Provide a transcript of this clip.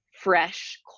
fresh